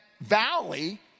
valley